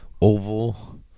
oval